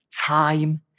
Time